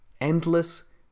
endless